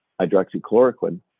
hydroxychloroquine